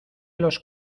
los